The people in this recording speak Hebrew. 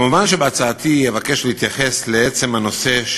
מובן שבהצעתי אבקש להתייחס לנושא,